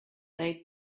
they